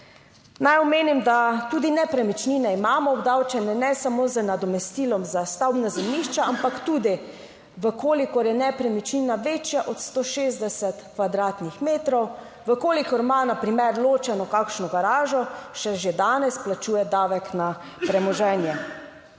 Naj omenim, da tudi nepremičnine imamo obdavčene, ne samo z nadomestilom za stavbna zemljišča, ampak tudi v kolikor je nepremičnina večja od 160 m2, v kolikor ima na primer ločeno kakšno garažo, se že danes plačuje davek na premoženje.